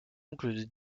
oncle